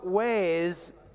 ways